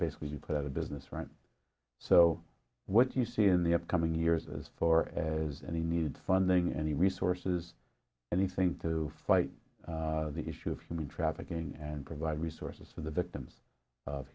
basically you put out of business right so what you see in the upcoming years is for as and he needed funding any resources anything to fight the issue from trafficking and provide resources for